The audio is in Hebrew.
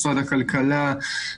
משרד הכלכלה,